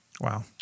Wow